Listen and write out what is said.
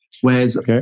Whereas